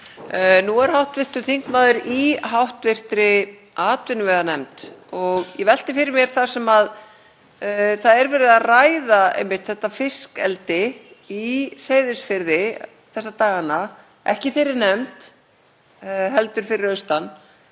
Nú er hv. þingmaður í hv. atvinnuveganefnd og ég velti fyrir mér þar sem er verið að ræða einmitt fiskeldi í Seyðisfirði þessa dagana, ekki í þeirri nefnd heldur fyrir austan,